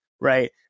Right